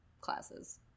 classes